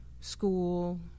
school